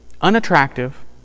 unattractive